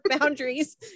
boundaries